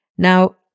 Now